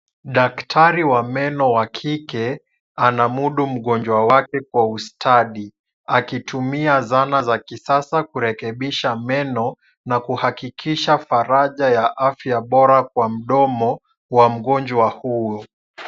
Daktari wa meno wa kike anamudu mgonjwa wake kwa ustadi. Akitumia zana za kisasa kurekebisha meno na kuhakikisha faraja ya afya bora kwa mdomo wa mgonjwa huyo.